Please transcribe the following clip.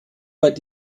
weit